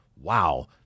wow